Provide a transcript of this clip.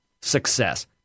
success